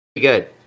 good